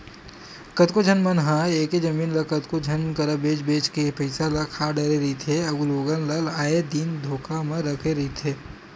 कतको झन मन ह एके जमीन ल कतको झन करा बेंच बेंच के पइसा ल खा डरे रहिथे अउ लोगन ल आए दिन धोखा म रखे रहिथे